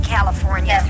California